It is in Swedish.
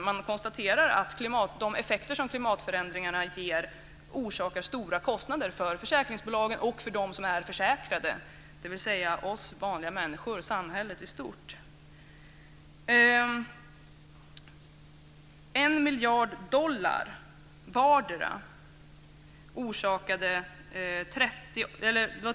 Man konstaterar att de effekter som klimatförändringarna ger orsakar stora kostnader för försäkringsbolagen och för dem som är försäkrade, dvs. för oss vanliga människor och för samhället i stort.